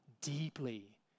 deeply